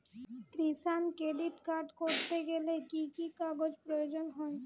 কিষান credit card করতে গেলে কি কি কাগজ প্রয়োজন হয়?